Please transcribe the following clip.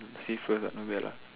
you say first lah not bad lah